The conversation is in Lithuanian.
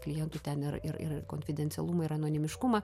klientų ten ir ir ir konfidencialumą ir anonimiškumą